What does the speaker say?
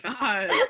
God